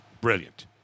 brilliant